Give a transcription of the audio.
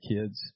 kids